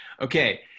Okay